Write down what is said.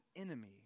enemy